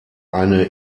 eine